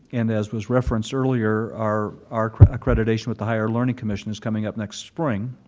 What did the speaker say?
and as was referenced earlier, our our accreditation with the higher learning commission is coming up next spring.